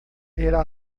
era